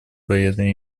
военные